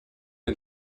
den